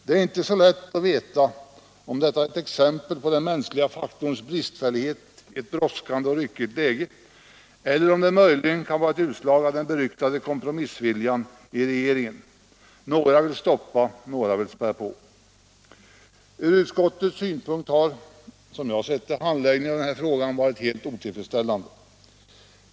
Det är inte lätt att veta om detta är exempel på den mänskliga faktorns bristfällighet i ett brådskande och ryckigt läge, eller om det möjligen kan vara ett utslag av den beryktade kompromissviljan i regeringen. Några vill stoppa, andra vill späda på. Från utskottets synpunkt har — som jag sett det — handläggningen av denna fråga varit helt otillfredsställande.